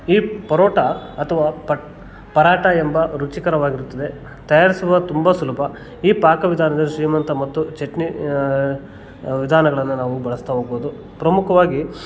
ಈ ಪರೋಟ ಅಥವಾ ಪಟ್ ಪರಾಟ ಎಂಬ ರುಚಿಕರವಾಗಿರುತ್ತದೆ ತಯಾರಿಸುವ ತುಂಬ ಸುಲಭ ಈ ಪಾಕ ವಿಧಾನದಲ್ಲಿ ಶ್ರೀಮಂತ ಮತ್ತು ಚಟ್ನಿ ವಿಧಾನಗಳನ್ನು ನಾವು ಬಳಸ್ತಾ ಹೋಗ್ಬೋದು ಪ್ರಮುಖವಾಗಿ